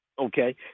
Okay